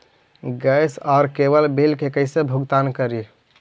Gas और cable bill के कैसे भुगतान करी?